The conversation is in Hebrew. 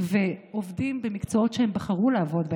ועובדים במקצועות שהם בחרו לעבוד בהם,